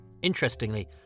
Interestingly